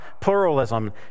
pluralism